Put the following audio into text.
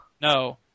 No